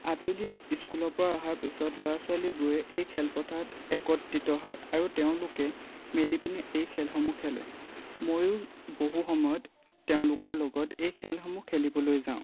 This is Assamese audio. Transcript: আবেলি স্কুলৰপৰা অহাৰ পিছত ল'ৰা ছোৱালীবোৰে এই খেলপথাৰত একত্ৰিত হয় আৰু তেওঁলোকে মিলিপেলাই এই খেলসমূহ খেলে ময়ো বহু সময়ত তেওঁলোকৰ লগত এই খেলসমূহ খেলিবলৈ যাওঁ